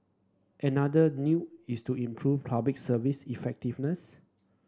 another is to improve Public Service effectiveness